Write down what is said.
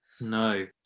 No